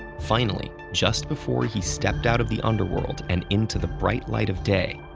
finally, just before he stepped out of the underworld and into the bright light of day,